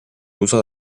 usa